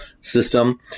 system